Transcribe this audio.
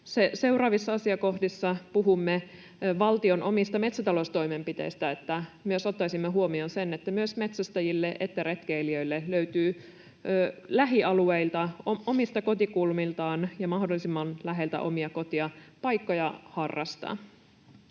seuraavissa asiakohdissa puhumme valtion omista metsätaloustoimenpiteistä, myös ottaisimme huomioon sen, että sekä metsästäjille että retkeilijöille löytyisi lähialueilta, omilta kotikulmilta ja mahdollisimman läheltä omia koteja, paikkoja harrastaa.